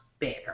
better